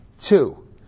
Two